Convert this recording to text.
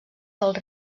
dels